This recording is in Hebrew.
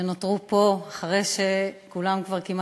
שנותרו פה אחרי שכמעט כולם כבר הלכו,